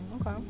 Okay